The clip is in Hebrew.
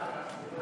חוק